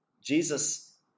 Jesus